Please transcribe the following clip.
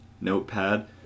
notepad